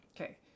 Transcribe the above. okay